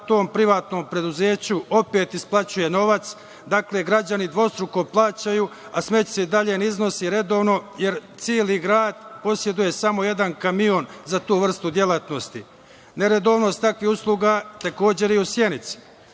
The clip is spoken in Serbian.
privatnom preduzeću opet isplaćuje novac. Dakle, građani dvostruko plaćaju, a smeće se i dalje ne iznosi redovno jer celi grad poseduje samo jedan kamion za tu vrstu delatnosti. Neredovnost takvih usluga takođe je i u Sjenici.